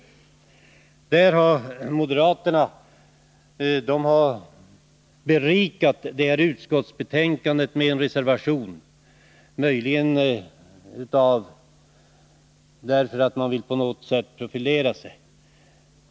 På denna punkt har moderaterna berikat detta utskottsbetänkande med en reservation — möjligen därför att de på något sätt vill profilera sig.